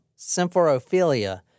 Symphorophilia